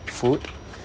food